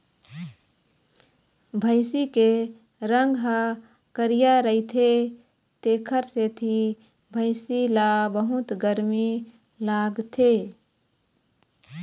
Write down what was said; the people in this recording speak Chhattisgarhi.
भइसी के रंग ह करिया रहिथे तेखरे सेती भइसी ल बहुत गरमी लागथे